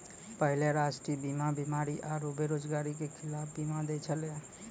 पहिले राष्ट्रीय बीमा बीमारी आरु बेरोजगारी के खिलाफ बीमा दै छलै